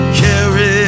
carry